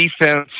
defense